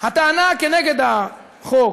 הטענה כנגד החוק,